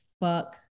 fuck